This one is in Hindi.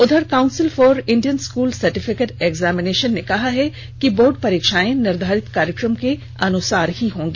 उधर council for Indian school certificate examination ने कहा है कि बोर्ड परीक्षाएं निर्धारित कार्यक्रम के अनुसार ही होंगी